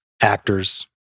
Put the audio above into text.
actors